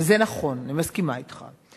וזה נכון, אני מסכימה אתך.